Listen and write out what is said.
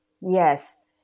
Yes